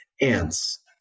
ants